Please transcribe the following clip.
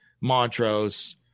Montrose